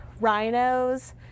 rhinos